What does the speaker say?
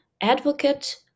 advocate